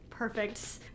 perfect